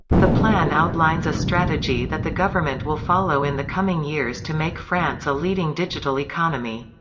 the plan outlines a strategy that the government will follow in the coming years to make france a leading digital economy.